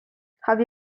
have